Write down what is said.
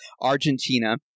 Argentina